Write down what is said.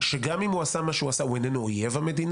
שגם אם הוא עשה מה שהוא עשה הוא איננו אויב המדינה.